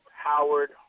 Howard